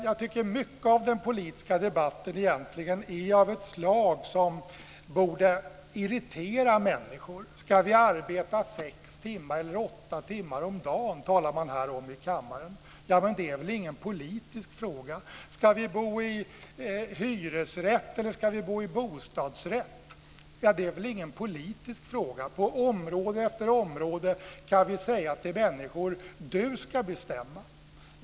Jag tycker att mycket av den politiska debatten egentligen är av ett slag som borde irritera människor. Ska vi arbeta sex eller åtta timmar om dagen? talar man om här i kammaren. Men det är väl ingen politisk fråga. Ska vi bo i hyresrätt eller i bostadsrätt? Det är väl ingen politisk fråga. På område efter område kan vi säga till människor: Du ska bestämma.